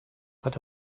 but